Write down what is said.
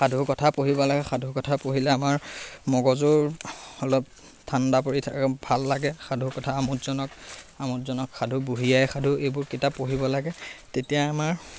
সাধু কথা পঢ়িব লাগে সাধু কথা পঢ়িলে আমাৰ মগজুৰ অলপ ঠাণ্ডা পৰি থাকে ভাল লাগে সাধু কথা আমোদজনক আমোদজনক সাধু বুঢ়িয়াই সাধু এইবোৰ কিতাপ পঢ়িব লাগে তেতিয়া আমাৰ